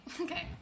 Okay